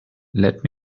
let